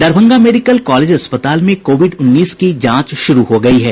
Darbhanga medical college अस्पताल में covid उन्नीस की जांच शुरू हो गयी है